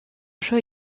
jeu